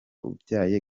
ubyaye